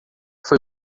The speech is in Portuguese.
foi